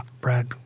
Brad